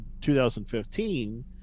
2015